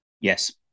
Yes